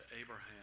Abraham